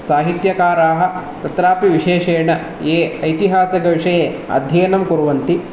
साहित्यकाराः तत्रापि विशेषेण ये ऐतिहासिकविषये अध्ययनं कुर्वन्ति